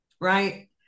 Right